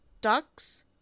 ducks